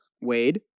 Wade